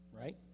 Right